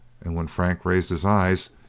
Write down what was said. and when frank raised his eyes,